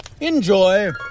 Enjoy